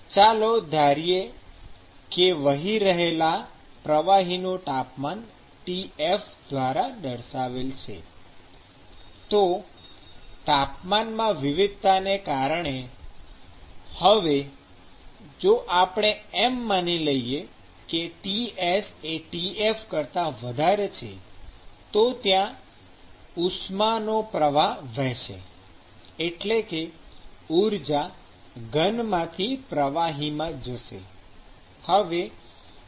ચાલો ધારીએ કે વહી રહેલા પ્રવાહીનું તાપમાન Tf દ્વારા દર્શાવેલ છે તો તાપમાનમાં વિવિધતા ને કારણે હવે જો આપણે એમ માની લઈએ કે Ts Tf તો ત્યાં ઉષ્માનો પ્રવાહ વેહશે એટલે કે ઊર્જા ઘનમાંથી પ્રવાહીમાં જશે